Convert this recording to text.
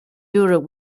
europe